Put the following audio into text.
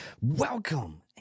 Welcome